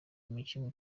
umukinnyi